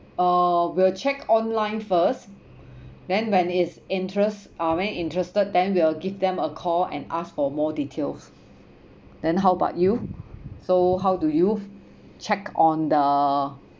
uh we'll check online first then when it's interest uh when interested then we'll give them a call and ask for more details then how about you so how do you check on the